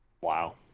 Wow